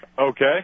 Okay